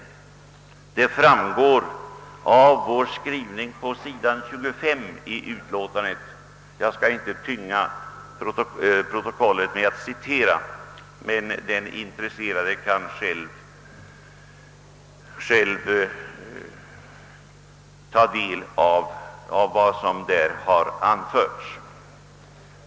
Detta framgår av vår skrivning på s. 25 i utlåtandet till vilket jag hänvisar. Den intresserade kan själv ta del av vad som där anförts.